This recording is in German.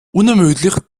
unermüdlich